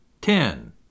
ten